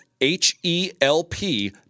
H-E-L-P